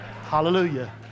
Hallelujah